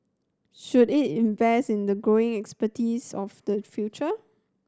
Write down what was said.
should it invest in the growing expertise of the future